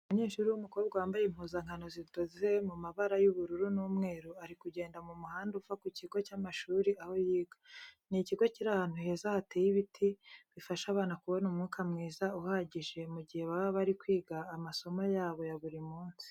Umunyeshuri w'umukobwa wambaye impuzankano zidoze mu mabara y'ubururu n'umweru, ari kugenda mu muhanda uva ku kigo cy'amashuri aho yiga. Ni ikigo kiri ahantu heza hateye ibiti bifasha abana kubona umwuka mwiza uhagije mu gihe baba bari kwiga amasomo yabo ya buri munsi.